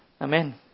Amen